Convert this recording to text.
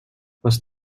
les